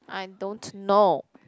I don't know